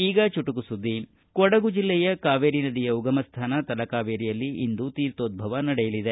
ಈಗ ಚುಟುಕು ಸುದ್ದಿ ಕೊಡಗು ಜಿಲ್ಲೆಯ ಕಾವೇರಿ ನದಿಯ ಉಗಮಸ್ಥಾನ ತಲಕಾವೇರಿಯಲ್ಲಿ ಇಂದು ತೀರ್ಥೋಧ್ವವ ನಡೆಯಲಿದೆ